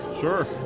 sure